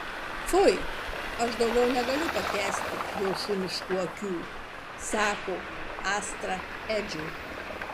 fui aš daugiau negaliu pakęsti jo šuniškų akių sako astra edžiui